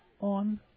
on